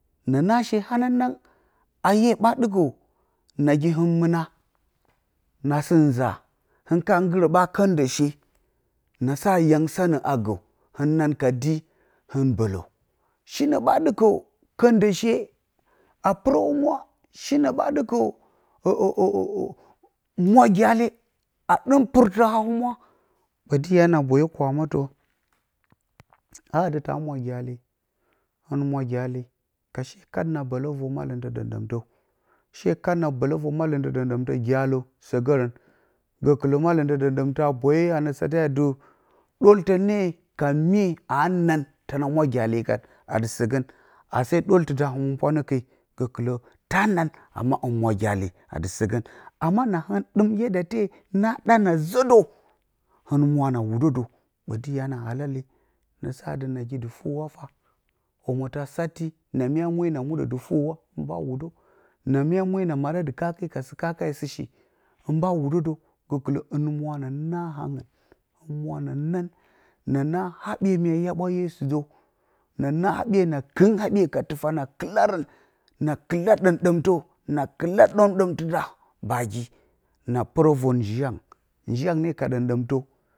Na naa she hananang a ye ɓa ɗɨkə nagi hɨ mɨna na sɨ nza hɨn ka nggɨrə ɓa kəndə she na saa yau sanə a gə hin nan ka dii hɨn bələ shi nə ɓa ɗɨkə kə də she a pɨrə humwa shi nə ɓa ɗɨ ə mwadiyale a ɗɨm pɨrtə a humwa ɓə tɨ ya na boyə kwamotə aa atɨ ta mwa diyale hɨn mwa diyale ka she kat na bələ və malɨmtɨ dəmdəmtə she kat na bələ və malimtɨ dəmɗəmtə diyalə sə gərən gəkələ malɨmtɨ ɗəmɗəmtarun a boyi a na sa te a dɨ ɗoltə ne ka mye a nan təna mwa diyale kan a dɨ sə gən a ase tə də həmənpwa nə ke gəkələ ta nan amma hɨn mwa diyale kan sə gə amma ina hɨn dɨm yadda te na ɗa nazə də hɨn mwo na wudə də ɓə dɨ ya na halale na sa dɨ nagi dɨ fuwa fah omotə a sati na mya mwe na maɗa dəkake ka sɨ kake a sɨ shi hɨn ɓa wudə də gəkətə hɨn mwo hna naa hangɨ hɨ mwo na nan na naa haɓye mya yaɓwa yesu ɗə na naa haɓye na kɨn haɓye katafa na kɨlarə na kɨla dəmɗəmtə na kɨla ɗəmɗəmtə da bagi na pɨrə vər njiyangɨn njiyangɨn ne ka ɗəmɗəmtə.